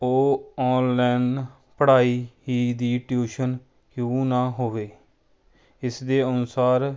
ਉਹ ਔਨਲਾਈਨ ਪੜ੍ਹਾਈ ਹੀ ਦੀ ਟਿਊਸ਼ਨ ਕਿਉਂ ਨਾ ਹੋਵੇ ਇਸਦੇ ਅਨੁਸਾਰ